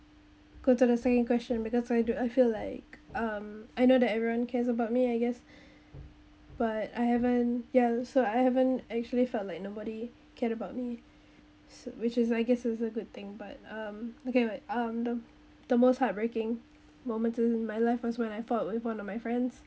go to the same question because I do I feel like um I know that everyone cares about me I guess but I haven't ya so I haven't actually felt like nobody cared about me so which is I guess is a good thing but um okay wait um the the most heartbreaking moments in my life was when I fought with one of my friends